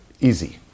easy